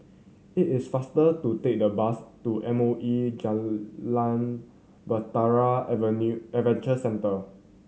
it is faster to take the bus to M O E Jalan Bahtera Avenue Adventure Centre